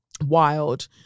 Wild